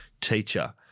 teacher